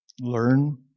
Learn